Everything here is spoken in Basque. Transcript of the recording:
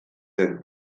den